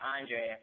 Andre